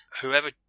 whoever